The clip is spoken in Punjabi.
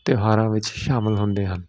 ਤਿਉਹਾਰਾਂ ਵਿੱਚ ਸ਼ਾਮਿਲ ਹੁੰਦੇ ਹਨ